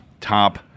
Top